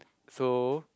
so